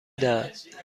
دهند